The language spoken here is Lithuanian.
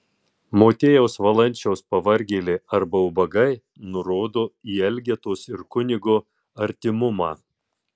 motiejaus valančiaus pavargėliai arba ubagai nurodo į elgetos ir kunigo artimumą